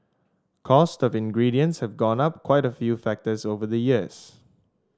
cost of ingredients has gone up quite a few factors over the years